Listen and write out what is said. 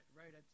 right